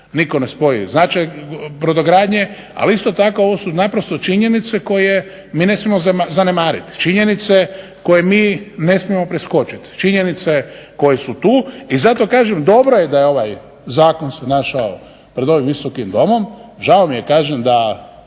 nitko ne spori značaj brodogradnje, ali isto tako ovo su naprosto činjenice koje mi ne smijemo zanemariti. Činjenice koje mi ne smije preskočiti. Činjenice koje su tu i zato kažem dobro je da se ovaj zakon našao pred ovim Visokim domom, žao mi je kažem da